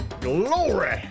Glory